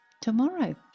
tomorrow